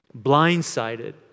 blindsided